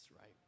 right